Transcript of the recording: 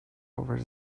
over